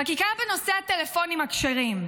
חקיקה בנושא הטלפונים הכשרים.